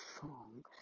song